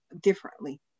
differently